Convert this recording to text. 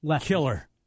Killer